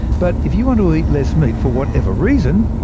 but if you want to eat less meat, for whatever reason,